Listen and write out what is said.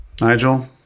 nigel